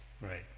Right